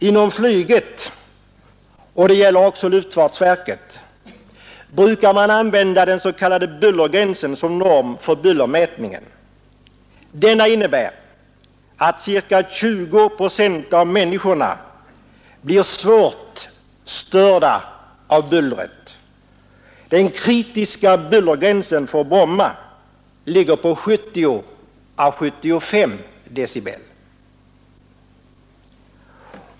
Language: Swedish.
Inom flyget — och det gäller också luftfartsverket — brukar man använda den s.k. bullergränsen som norm för bullermätningen och som innebär, att ca 20 procent av människorna blir svårt störda av bullret. Den kritiska bullergränsen för Bromma ligger på 70 å 75 decibel.